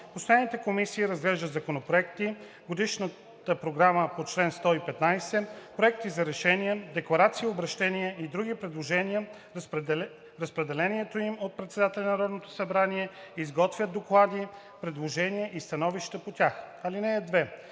Постоянните комисии разглеждат законопроекти, годишната програма по чл. 115, проекти за решения, декларации и обръщения и други предложения, разпределени им от председателя на Народното събрание, изготвят доклади, предложения и становища по тях. (2)